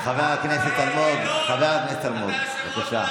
חבר הכנסת אלמוג, בבקשה.